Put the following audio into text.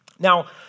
Now